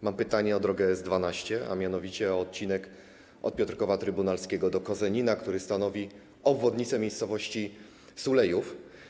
Mam pytanie o drogę S12, a mianowicie o odcinek od Piotrkowa Trybunalskiego do Kozenina, który stanowi obwodnicę miejscowości Sulejów.